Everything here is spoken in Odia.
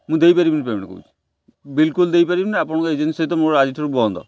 ମୁଁ ଦେଇପାରିବିନି ପେମେଣ୍ଟ କହୁଛି ବିଲକୁଲ ଦେଇପାରିବିନି ଆପଣଙ୍କ ଏଜେନ୍ସି ସହିତ ମୋର ଆଜି ଠାରୁ ବନ୍ଦ